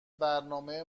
برنامه